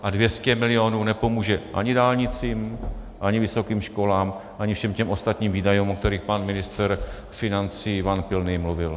A 200 milionů nepomůže ani dálnicím, ani vysokým školám, ani všem těm ostatním výdajům, o kterých pan ministr financí Ivan Pilný mluvil.